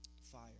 fire